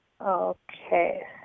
Okay